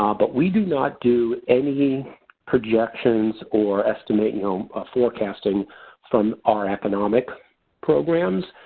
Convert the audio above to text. um but we do not do any projections or estimating or forecasting from our economics programs.